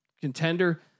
contender